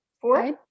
four